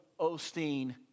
Osteen